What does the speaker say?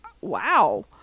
wow